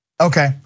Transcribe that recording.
Okay